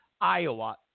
Iowa